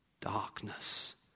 Darkness